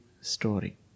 story